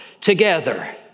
together